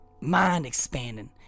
mind-expanding